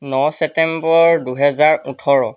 ন September দুহেজাৰ ওঠৰ